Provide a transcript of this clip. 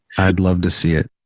i'd love to see it.